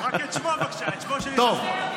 רק את שמו, בבקשה, את שמו של איש השמאל.